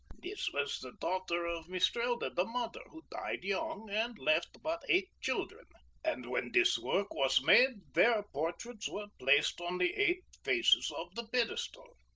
this was the daughter of mistrelde, the mother, who died young and left but eight children and when this work was made their portraits were placed on the eight faces of the pedestal.